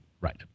Right